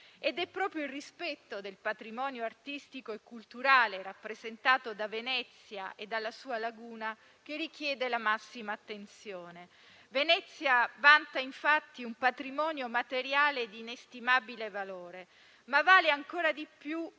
Ed è proprio il rispetto del patrimonio artistico e culturale rappresentato da Venezia e dalla sua laguna che richiede la massima attenzione. Venezia vanta infatti un patrimonio materiale di inestimabile valore, ma vale ancora di più